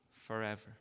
forever